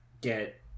get